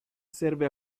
serve